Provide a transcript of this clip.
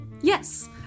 Yes